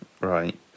right